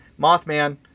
Mothman